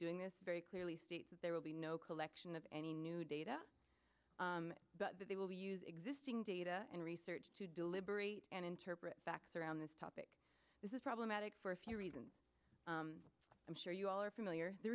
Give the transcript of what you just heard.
doing this very clearly states that there will be no collection of any new data but they will use existing data and research to deliberate and interpret facts around this topic this is problematic for a few reasons i'm sure you all are familiar the